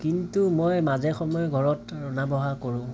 কিন্তু মই মাজে সময়ে ঘৰত ৰন্ধা বঢ়া কৰোঁ